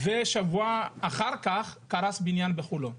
ושבוע אחר כך קרס בניין בחולון.